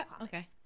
okay